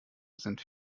sind